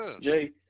Jay